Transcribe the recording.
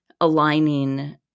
aligning